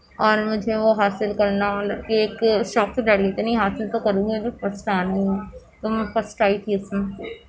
اور مجھے وہ حاصل کرنا مطلب کہ ایک اتنی حاصل تو کروں گی میرے کو فسٹ آنی ہے تو میں فرسٹ آئی تھی اس میں